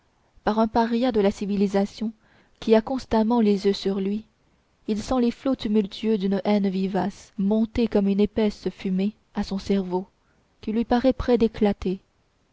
par un paria de la civilisation qui a constamment les yeux sur lui il sent les flots tumultueux d'une haine vivace monter comme une épaisse fumée à son cerveau qui lui paraît près d'éclater